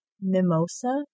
Mimosa